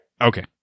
Okay